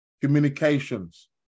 communications